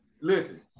Listen